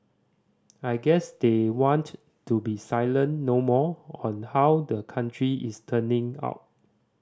I guess they want to be silent no more on how the country is turning out